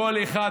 שקלים.